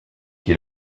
qui